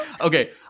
Okay